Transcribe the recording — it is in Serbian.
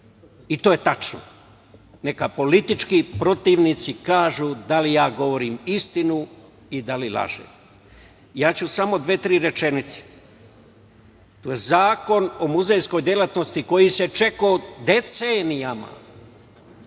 I to je tačno, neka politički protivnici kažu da li ja govorim istinu i da li lažem. Ja ću samo dve-tri rečenice. Zakon o muzejskoj delatnosti koji se čekao decenijama,